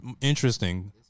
interesting